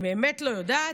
אני באמת לא יודעת.